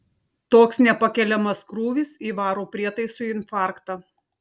toks nepakeliamas krūvis įvaro prietaisui infarktą